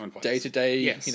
day-to-day